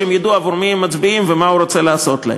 שהם ידעו עבור מי הם מצביעים ומה הוא רוצה לעשות להם.